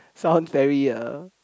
sounds very uh